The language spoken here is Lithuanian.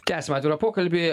tęsiam atvirą pokalbį